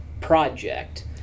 project